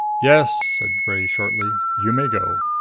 yes, said bray shortly. you may go.